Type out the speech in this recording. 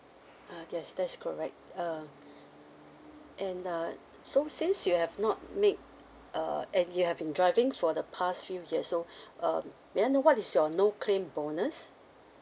uh yes that's correct uh and uh so since you have not make uh and you have been driving for the past few years so um may I know what is your no claim bonus